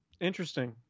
Interesting